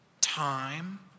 Time